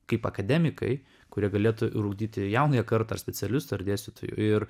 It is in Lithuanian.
kaip akademikai kurie galėtų ir ugdyti jaunąją kartą ir specialis dėstytojų ir